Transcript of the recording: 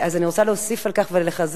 אז אני רוצה להוסיף על כך ולחזק,